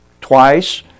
twice